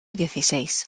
dieciséis